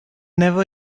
never